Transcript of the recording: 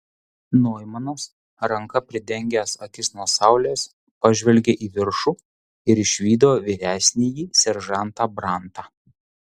noimanas ranka pridengęs akis nuo saulės pažvelgė į viršų ir išvydo vyresnįjį seržantą brantą